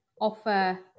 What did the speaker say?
offer